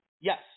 Yes